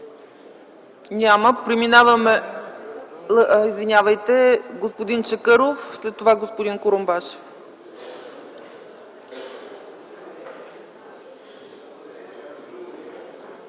залата.) Извинявайте, господин Чакъров. След това – господин Курумбашев.